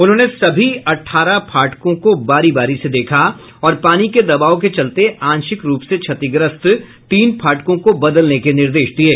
उन्होंने सभी अठारह फाटकों को बारी बारी से देखा और पानी के दबाव के चलते आंशिक रूप से क्षतिग्रस्त तीन फाटकों को बदलने के निर्देश दिये